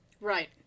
right